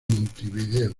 montevideo